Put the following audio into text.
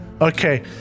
Okay